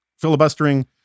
filibustering